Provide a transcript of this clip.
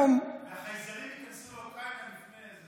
החייזרים ייכנסו לאוקראינה לפני זה.